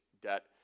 debt